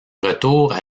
retour